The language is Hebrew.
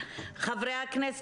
חברי הכנסת,